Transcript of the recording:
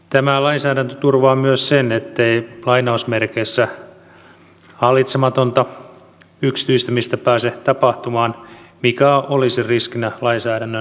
tämä lainsäädäntö turvaa myös sen ettei hallitsematonta yksityistämistä pääse tapahtumaan mikä olisi riskinä lainsäädännön puuttuessa